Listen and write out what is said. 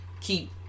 keep